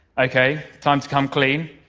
ok, time to come clean.